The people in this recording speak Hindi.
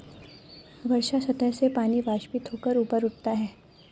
वर्षा सतह से पानी वाष्पित होकर ऊपर उठता है